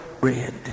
red